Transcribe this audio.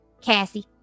Cassie